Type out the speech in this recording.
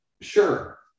Sure